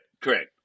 Correct